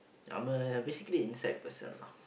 I'm a basically inside person lah